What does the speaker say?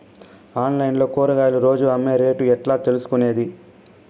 Online లో కూరగాయలు రోజు అమ్మే రేటు ఎట్లా తెలుసుకొనేది?